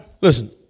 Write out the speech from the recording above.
Listen